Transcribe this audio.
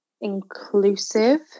inclusive